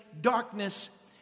darkness